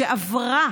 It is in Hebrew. שעברה